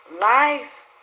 life